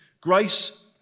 Grace